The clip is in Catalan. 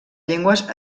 llengües